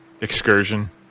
excursion